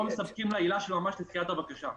מספקים לה עילה של ממש לדחיית הבקשה.